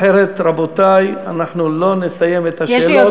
אחרת, רבותי, אנחנו לא נסיים את השאלות.